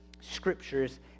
scriptures